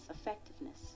effectiveness